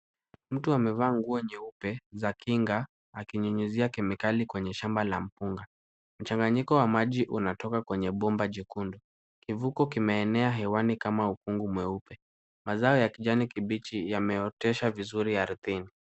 Mtu amevaa nguo nyeupe za kinga, akinyunyizia kemikali kwenye shamba la mpunga. Mchanganyiko wa maji unatoka kwenye bomba jekundu. Kivuko kimeenea hewani kama ukungu mweupe. Mazao ya kijani kibichi yameoteshwa vizuri ardhini.